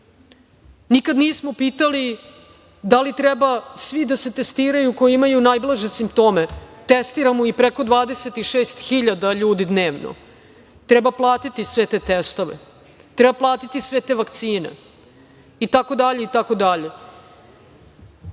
nismo pitali da li treba svi da se testiraju koji imaju najblaže simptome. Testiramo i preko 26.000 ljudi dnevno. Treba platiti sve te testove, treba platiti sve te vakcine itd,